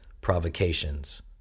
provocations